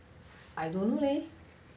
I don't know leh